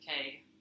Okay